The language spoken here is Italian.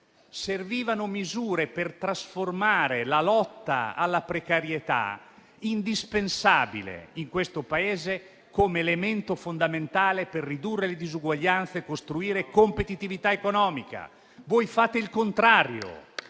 serviva offrire misure per trasformare la lotta alla precarietà, indispensabile in questo Paese, come elemento fondamentale per ridurre le disuguaglianze e costruire competitività economica. Voi fate il contrario